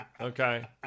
Okay